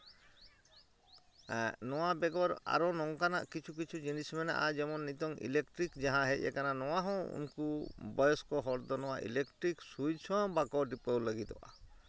ᱱᱚᱣᱟ ᱵᱮᱜᱚᱨ ᱟᱨᱚ ᱱᱚᱝᱠᱟᱱᱟᱜ ᱠᱤᱪᱷᱩ ᱠᱤᱪᱷᱩ ᱡᱤᱱᱤᱥ ᱢᱮᱱᱟᱜᱼᱟ ᱡᱮᱢᱚᱱ ᱱᱤᱛᱳᱝ ᱤᱞᱮᱠᱴᱨᱤᱠ ᱡᱟᱦᱟᱸ ᱦᱮᱡ ᱟᱠᱟᱱᱟ ᱱᱚᱣᱟ ᱱᱚᱣᱟ ᱦᱚᱸ ᱩᱱᱠᱩ ᱵᱚᱭᱚᱥᱠᱚ ᱦᱚᱲ ᱫᱚ ᱱᱚᱣᱟ ᱤᱞᱮᱠᱴᱨᱤᱠ ᱥᱩᱭᱤᱪ ᱦᱚᱸ ᱵᱟᱠᱚ ᱴᱤᱯᱟᱹᱣ ᱞᱟᱹᱜᱤᱫᱚᱜᱼᱟ